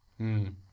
-hmm